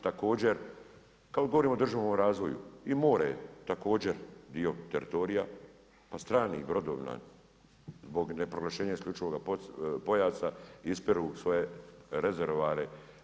Također, kada govorimo o državnom razvoju i more je također, dio teritorija, od stranih brodova, zbog neproglašene isključivoga pojasa ispiru svoje rezervoare.